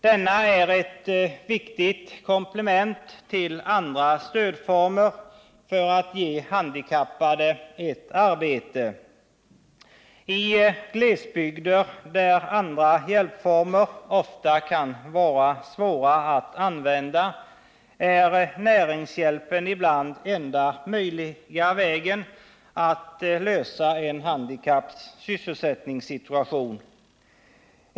Denna är ett viktigt komplement till andra stödformer för att ge handikappade ett arbete. I glesbygder, där andra hjälpformer ofta kan vara svåra att använda, är näringshjälpen ibland enda möjliga vägen att lösa en handikappads sysselsättningssituation.